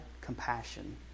compassion